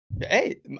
Hey